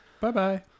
Bye-bye